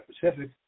Pacific